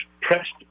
pressed